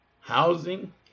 housing